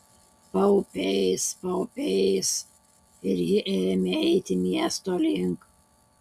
paupiais paupiais ir ji ėmė eiti miesto link